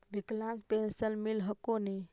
विकलांग पेन्शन मिल हको ने?